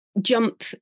jump